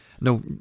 no